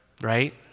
Right